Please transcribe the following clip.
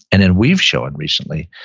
and then we've shown recently,